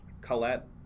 Colette